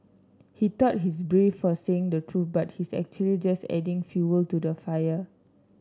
he thought he's brave for saying the truth but he's actually just adding fuel to the fire